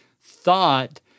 thought